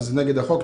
דבר שנוגד את החוק.